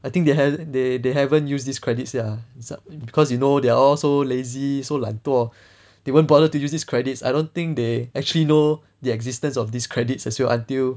I think they had they they haven't used these credits ya because you know they're all so lazy so 懒惰 they won't bother to use these credits I don't think they actually know the existence of these credits as well until